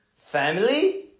Family